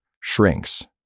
shrinks